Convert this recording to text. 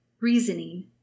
reasoning